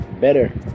better